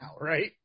right